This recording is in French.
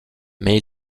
mais